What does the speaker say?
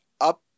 up